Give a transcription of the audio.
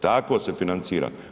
Tako se financira.